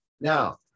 Now